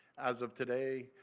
as of today,